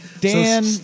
Dan